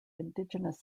indigenous